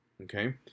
okay